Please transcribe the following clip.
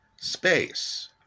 space